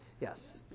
Yes